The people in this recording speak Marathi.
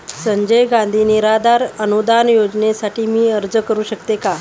संजय गांधी निराधार अनुदान योजनेसाठी मी अर्ज करू शकते का?